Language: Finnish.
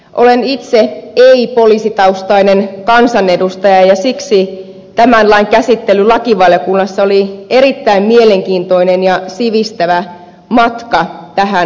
olen itse ei poliisitaustainen kansanedustaja ja siksi tämän lain käsittely lakivaliokunnassa oli erittäin mielenkiintoinen ja sivistävä matka tähän lainsäädäntöön